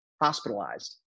hospitalized